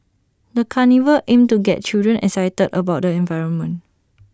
the carnival aimed to get children excited about the environment